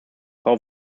frau